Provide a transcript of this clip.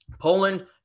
Poland